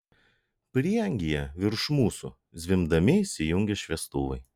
prieangyje virš mūsų zvimbdami įsijungė šviestuvai